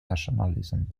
nationalism